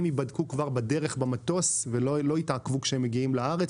ייבדקו כבר בדרך במטוס ולא יתעכבו כשהם מגיעים לארץ.